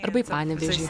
arba į panevėžį